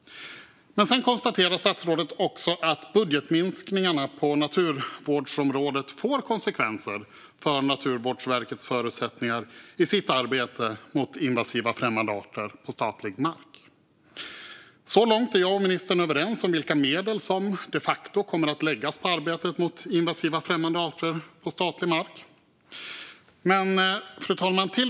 Men sedan konstaterar statsrådet också att budgetminskningarna på naturvårdsområdet får konsekvenser för Naturvårdsverkets förutsättningar i arbetet mot invasiva främmande arter på statlig mark. Så långt är jag och ministern överens om vilka medel som de facto kommer att läggas på arbetet mot invasiva främmande arter på statlig mark. Fru talman!